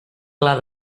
clar